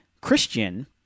Christian